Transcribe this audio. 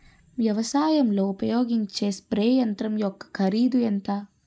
వ్యవసాయం లో ఉపయోగించే స్ప్రే యంత్రం యెక్క కరిదు ఎంత?